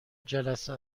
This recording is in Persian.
جلسه